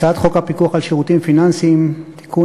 הצעת חוק הפיקוח על שירותים פיננסיים (תיקון,